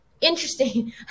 Interesting